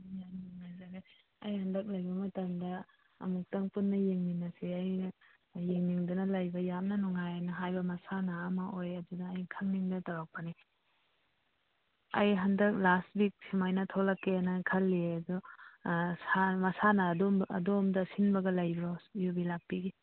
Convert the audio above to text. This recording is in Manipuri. ꯎꯝ ꯌꯥꯝ ꯅꯨꯡꯉꯥꯏꯖꯔꯦ ꯑꯩ ꯍꯟꯗꯛ ꯂꯩꯕ ꯃꯇꯝꯗ ꯑꯃꯨꯛꯇꯪ ꯄꯨꯟꯅ ꯌꯦꯡꯃꯤꯟꯅꯁꯦ ꯑꯩ ꯌꯦꯡꯅꯤꯡꯗꯨꯅ ꯂꯩꯕ ꯌꯥꯝꯅ ꯅꯨꯡꯉꯥꯏꯅ ꯍꯥꯏꯕ ꯃꯁꯥꯟꯅ ꯑꯃ ꯑꯣꯏꯌꯦ ꯑꯗꯨꯅ ꯑꯩ ꯈꯪꯅꯤꯡꯗꯅ ꯇꯧꯔꯛꯄꯅꯤ ꯑꯩ ꯍꯟꯗꯛ ꯂꯥꯁ ꯋꯤꯛ ꯁꯨꯃꯥꯏꯅ ꯊꯣꯛꯂꯛꯀꯦꯅ ꯈꯜꯂꯤ ꯑꯗꯨ ꯃꯁꯥꯟꯅ ꯑꯗꯨ ꯑꯗꯣꯝꯗ ꯁꯤꯟꯕꯒ ꯂꯩꯕ꯭ꯔꯣ ꯌꯨꯕꯤ ꯂꯥꯛꯄꯤꯒꯤ